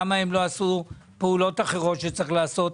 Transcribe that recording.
למה הם לא עשו פעולות אחרות שצריך לעשות?